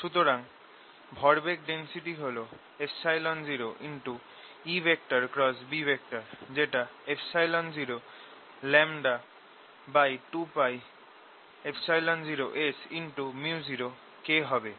সুতরাং ভরবেগ ডেন্সিটি হল 0EB যেটা 02π0Sµ0K হবে